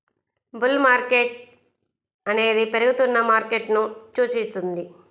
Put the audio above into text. bull market అనేది పెరుగుతున్న మార్కెట్ను సూచిస్తుంది